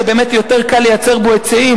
שבאמת יותר קל לייצר בו היצעים,